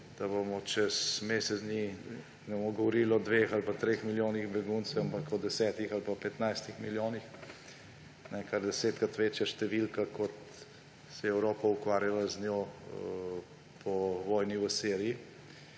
da čez mesec dni ne bomo govorili o dveh ali pa treh milijonih beguncev, ampak o desetih ali pa petnajstih milijonih, kar je desetkrat večja številka, kot se je Evropa ukvarjala z njo po vojni v Siriji.